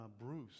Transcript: Bruce